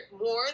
more